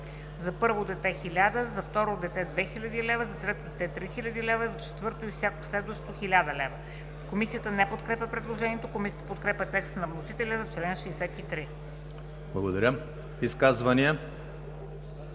за първо дете – 1000 лв., за второ дете – 2000 лв., за трето дете – 3000 лв., за четвърто и всяко следващо – 1000 лв.“ Комисията не подкрепя предложението. Комисията подкрепя текста на вносителя за чл. 63.